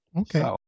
Okay